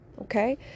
okay